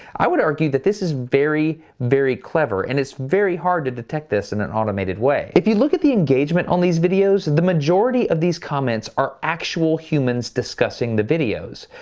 i would argue that this is very, very clever, and it's very hard to detect this in an automated way. if you look at the engagement on these videos, the majority of these comments are actual humans discussing the videos.